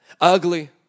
ugly